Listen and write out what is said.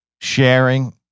sharing